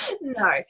no